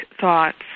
thoughts